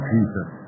Jesus